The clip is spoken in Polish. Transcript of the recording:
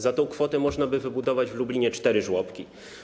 Za tę kwotę można by wybudować w Lublinie cztery żłobki.